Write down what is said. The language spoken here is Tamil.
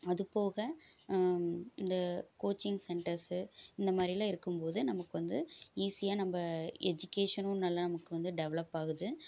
அது போக இந்த கோச்சிங் சென்டர்ஸு இந்த மாதிரியெல்லாம் இருக்கும் போது நமக்கு வந்து ஈஸியாக நம்ம எஜிகேஷனும் நல்லா நமக்கு வந்து டெவலப் ஆகுது